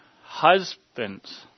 Husbands